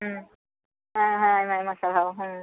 ᱦᱮᱸ ᱦᱮᱸ ᱦᱮᱸ ᱟᱭᱢᱟ ᱥᱟᱨᱦᱟᱣ ᱦᱮᱸ